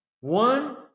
One